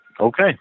Okay